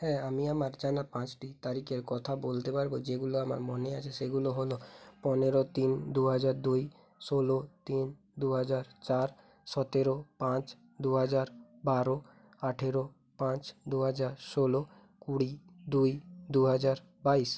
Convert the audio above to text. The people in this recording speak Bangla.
হ্যাঁ আমি আমার জানা পাঁচটি তারিখের কথা বলতে পারব যেগুলো আমার মনে আছে সেগুলো হল পনেরো তিন দু হাজার দুই ষোলো তিন দু হাজার চার সতেরো পাঁচ দু হাজার বারো আঠেরো পাঁচ দু হাজার ষোলো কুড়ি দুই দু হাজার বাইশ